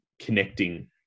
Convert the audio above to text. connecting